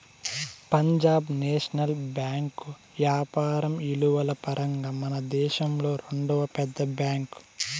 Punjab national bank యాపారం ఇలువల పరంగా మనదేశంలో రెండవ పెద్ద బ్యాంక్